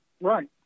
Right